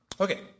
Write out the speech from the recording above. Okay